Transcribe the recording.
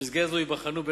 במסגרת זאת ייבחנו,